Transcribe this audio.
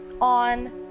on